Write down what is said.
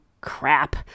crap